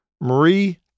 Marie